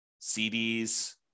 CDs